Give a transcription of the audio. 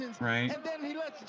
right